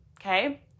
okay